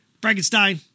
Frankenstein